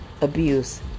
abuse